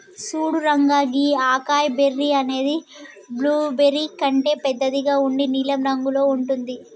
సూడు రంగా గీ acai berry అనేది బ్లూబెర్రీ కంటే బెద్దగా ఉండి నీలం రంగులో ఉంటుంది